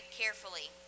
carefully